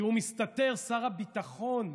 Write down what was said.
כשהוא מסתתר, שר הביטחון,